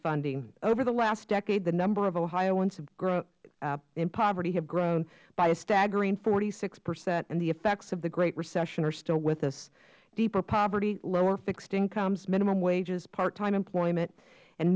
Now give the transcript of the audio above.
funding over the last decade the number of ohioans in poverty has grown by a staggering forty six percent and the effects of the great recession are still with us deeper poverty lower fixed incomes minimum wages part time employment and